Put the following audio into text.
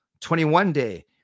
21-day